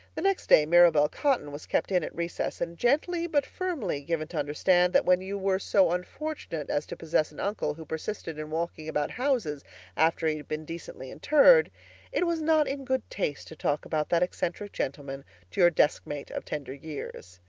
the next day mirabel cotton was kept in at recess and gently but firmly given to understand that when you were so unfortunate as to possess an uncle who persisted in walking about houses after he had been decently interred it was not in good taste to talk about that eccentric gentleman to your deskmate of tender years.